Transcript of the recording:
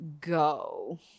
go